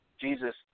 Jesus